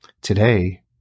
Today